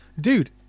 dude